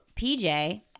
PJ